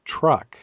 Truck